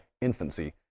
infancy